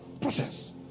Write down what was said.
Process